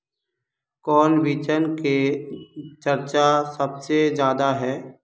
कौन बिचन के चर्चा सबसे ज्यादा है?